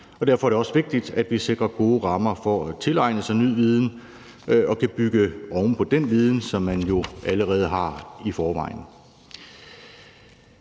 Derfor er det også vigtigt, at vi sikrer gode rammer for at tilegne sig ny viden og for at bygge oven på den viden, som man jo allerede har i forvejen.